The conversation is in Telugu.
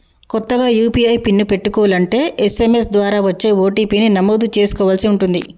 కొత్తగా యూ.పీ.ఐ పిన్ పెట్టుకోలంటే ఎస్.ఎం.ఎస్ ద్వారా వచ్చే ఓ.టీ.పీ ని నమోదు చేసుకోవలసి ఉంటుంది